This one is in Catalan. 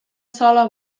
sola